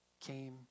came